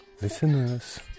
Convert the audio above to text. listeners